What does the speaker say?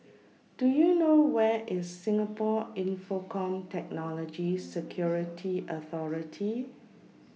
Do YOU know Where IS Singapore Infocomm Technology Security Authority